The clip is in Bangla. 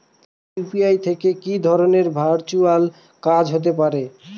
ইউ.পি.আই থেকে কি ধরণের ভার্চুয়াল কাজ হতে পারে?